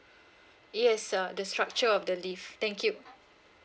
yes uh the structure of the leave thank you